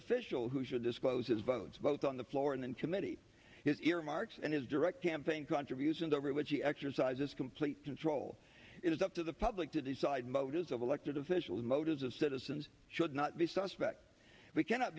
official who should disclose his votes both on the floor and committee his earmarks and his direct campaign contributions over which he exercises complete control it is up to the public to decide motives of elected officials motives of citizens should not be suspect we cannot